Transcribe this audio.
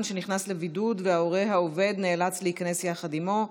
שנכנס לבידוד וההורה העובד נאלץ להיכנס יחד עימו,